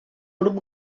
grup